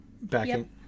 backing